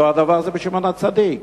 אותו הדבר זה בשמעון-הצדיק.